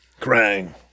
Krang